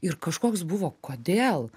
ir kažkoks buvo kodėl